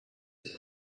c’est